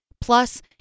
Plus